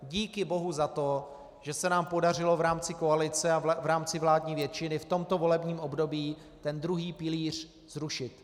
Díky bohu za to, že se nám podařilo v rámci koalice a v rámci vládní většiny v tomto volebním období druhý pilíř zrušit.